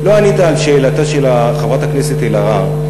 לא ענית על שאלתה של חברת הכנסת אלהרר.